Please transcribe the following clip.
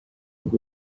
ning